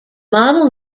model